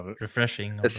Refreshing